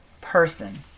person